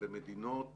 במדינות